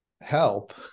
help